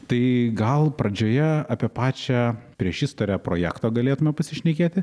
tai gal pradžioje apie pačią priešistorę projekto galėtume pasišnekėti